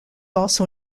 also